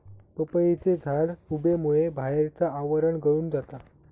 पपईचे झाड उबेमुळे बाहेरचा आवरण गळून जाता